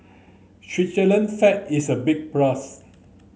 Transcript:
Switzerland flag is a big plus